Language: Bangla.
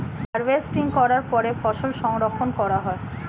হার্ভেস্টিং করার পরে ফসল সংরক্ষণ করা হয়